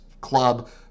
club